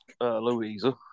Louisa